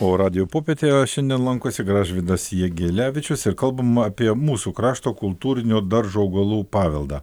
o radijo popietėje šiandien lankosi gražvydas jegelevičius ir kalbama apie mūsų krašto kultūrinio daržo augalų paveldą